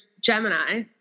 Gemini